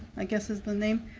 i guess is the name.